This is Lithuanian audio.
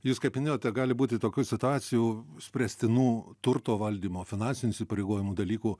jūs kaip minėjote gali būti tokių situacijų spręstinų turto valdymo finansinių įsipareigojimų dalykų